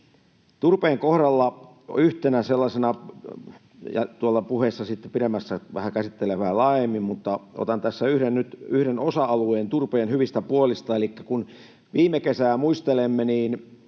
Turpeen kohdalla yhtenä sellaisena — tuolla pidemmässä puheessa käsittelen vähän laajemmin — otan tässä nyt yhden osa-alueen turpeen hyvistä puolista. Elikkä kun viime kesää muistelemme, niin